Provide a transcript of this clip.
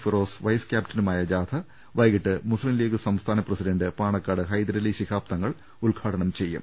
ഫി rose vice ക്യാപ്റ്റനുമായ ജാഥ വൈകീട്ട് മുസ്തീം ലീഗ് സംസ്ഥാന പ്രസിഡന്റ് പാണക്കാട് ഹൈദരലി ശിഹാബ് തങ്ങൾ ഉദ്ഘാടനം ചെയ്യും